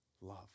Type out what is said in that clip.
love